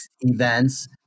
events